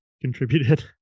contributed